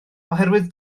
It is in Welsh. oherwydd